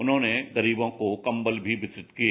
उन्होंने गरीबों को कंबल भी वितरित किए